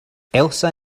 elsa